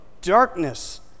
darkness